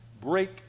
break